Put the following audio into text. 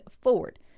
forward